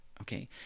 okay